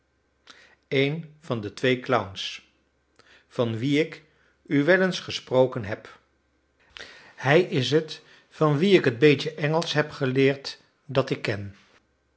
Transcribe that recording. een van de twee clowns van wie ik u wel eens gesproken heb hij is het van wien ik het beetje engelsch heb geleerd dat ik ken